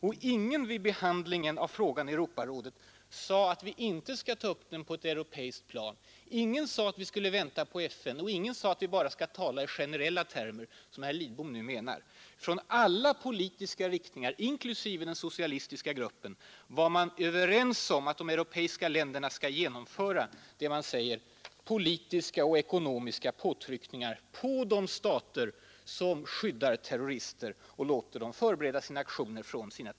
Ingen sade vid behandlingen av frågan i Europarådet att vi inte skall ta upp den på ett europeiskt plan. Ingen sade att vi skulle vänta på FN. Och ingen sade att vi bara skall tala i generella termer, som herr Lidbom nu menar. Inom alla politiska riktningar, alltså inklusive den socialistiska gruppen, var man överens om att de europeiska länderna skall genomföra politiska och ekonomiska påtryckningar på de stater som skyddar terrorister och låter dessa förbereda terroraktioner.